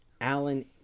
Alan